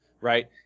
Right